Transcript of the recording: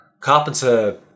Carpenter